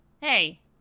Hey